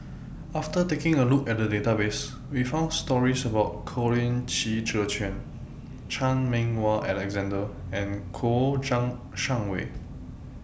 after taking A Look At The Database We found stories about Colin Qi Zhe Quan Chan Meng Wah Alexander and Kouo Shang Wei